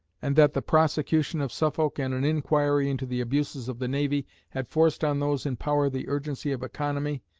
and that the prosecution of suffolk and an inquiry into the abuses of the navy had forced on those in power the urgency of economy,